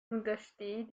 untersteh